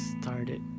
started